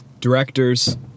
Directors